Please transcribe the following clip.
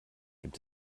gibt